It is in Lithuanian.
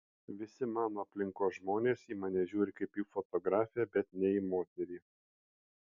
visi mano aplinkos žmonės į mane žiūri kaip į fotografę bet ne į moterį